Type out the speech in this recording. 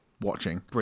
watching